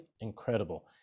incredible